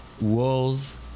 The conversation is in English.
walls